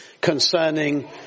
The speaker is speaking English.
concerning